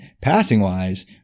passing-wise